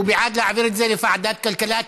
הוא בעד להעביר את זה לוועדת כלכלה,